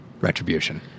Retribution